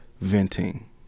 venting